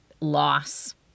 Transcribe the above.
loss